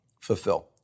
fulfill